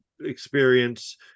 experience